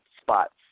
spots